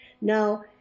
Now